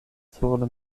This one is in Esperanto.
sur